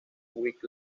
with